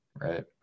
right